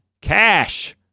cash